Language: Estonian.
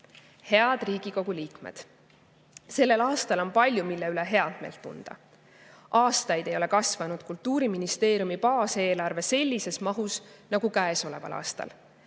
Head Riigikogu liikmed! Sellel aastal on palju, mille üle heameelt tunda. Aastaid ei ole kasvanud Kultuuriministeeriumi baaseelarve sellises mahus nagu käesoleval aastal.